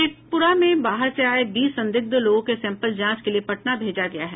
शेखपुरा में बाहर से आये बीस संदिग्ध लोगों के सैम्पल जाँच के लिए पटना भेजा गया है